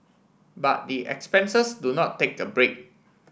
but the expenses do not take a break